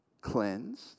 cleansed